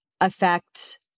affect